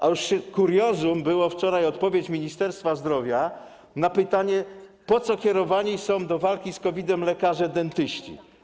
A już kuriozum była wczorajsza odpowiedź Ministerstwa Zdrowia na pytanie, po co kierowani są do walki z COVID-em lekarze dentyści.